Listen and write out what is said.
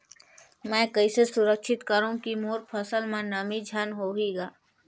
मैं कइसे सुरक्षित करो की मोर फसल म नमी झन होही ग?